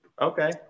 Okay